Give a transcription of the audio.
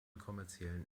kommerziellen